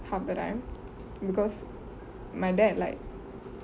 half the time because my dad like